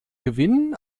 gewinn